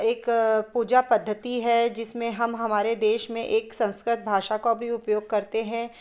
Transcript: एक पूजा पद्धति जिसमें हम हमारे देश में एक संस्कृत भाषा का भी उपयोग करते हैं